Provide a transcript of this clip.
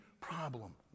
problem